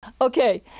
Okay